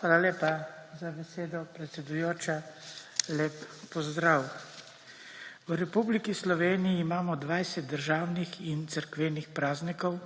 Hvala lepa za besedo, predsedujoča. Lep pozdrav! V Republiki Sloveniji imamo 20 državnih in cerkvenih praznikov,